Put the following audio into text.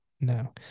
No